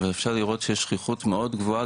אבל אפשר לראות שיש שכיחות מאוד גבוהה,